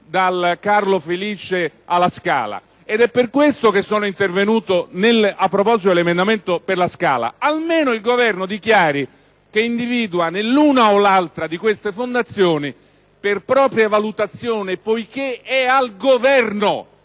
al Teatro alla Scala ed è per questo che sono intervenuto a proposito dell'emendamento per il Teatro alla Scala: almeno il Governo dichiari che individua l'una o l'altra di queste fondazioni, per proprie valutazioni, poiché spetta al Governo